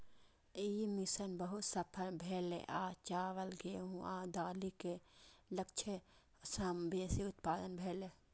ई mission बहुत सफल भेलै आ चावल, गेहूं आ दालि के लक्ष्य सं बेसी उत्पादन भेलै